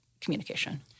communication